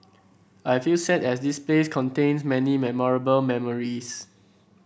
I feel sad as this place contain many memorable memories